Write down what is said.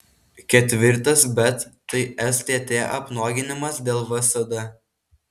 ketvirtas bet tai stt apnuoginimas dėl vsd